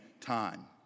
time